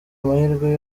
amahirwe